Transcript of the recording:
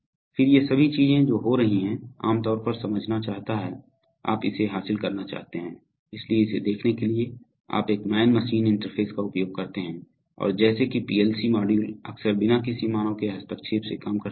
फिर ये सभी चीजें जो हो रही हैं आम तौर पर समझना चाहता है आप इसे हासिल करना चाहते हैं इसलिए इसे देखने के लिए आप एक मैन मशीन इंटरफेस का उपयोग करते हैं और जैसे कि पीएलसी मॉड्यूल अक्सर बिना किसी मानव के हस्तक्षेप से काम करते हैं